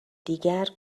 دیگر